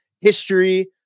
history